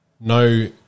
No